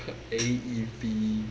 A_E_V